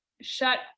shut